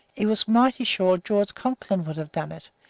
he was mighty sure george conklin would have done it.